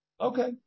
Okay